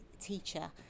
teacher